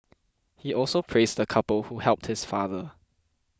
he also praised the couple who helped his father